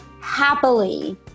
happily